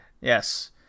Yes